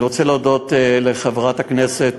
אני רוצה להודות לחברת הכנסת,